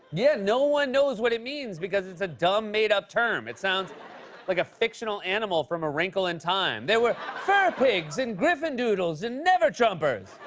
yeah. no one knows what it means because it's a dumb, made-up term. it sounds like a fictional animal from a wrinkle in time. there were fur pigs and gryffindoodles and never-trumpers.